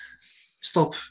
stop